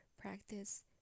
practice